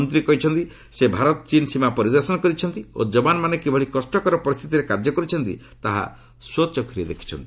ମନ୍ତ୍ରୀ କହିଛନ୍ତି ସେ ଭାରତ ଚୀନ୍ ସୀମା ପରିଦର୍ଶନ କରିଛନ୍ତି ଓ ଯବାନମାନେ କିଭଳି କଷ୍ଟକର ପରିସ୍ଥିତିରେ କାର୍ଯ୍ୟ କରୁଛନ୍ତି ତାହା ସ୍ୱଚକ୍ଷୁରେ ଦେଖିଛନ୍ତି